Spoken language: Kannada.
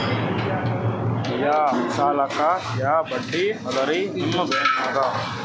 ಯಾ ಸಾಲಕ್ಕ ಯಾ ಬಡ್ಡಿ ಅದರಿ ನಿಮ್ಮ ಬ್ಯಾಂಕನಾಗ?